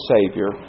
Savior